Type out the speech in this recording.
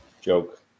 joke